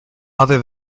other